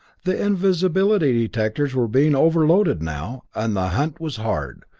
the invisibility detectors were being overloaded now, and the hunt was hard,